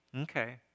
Okay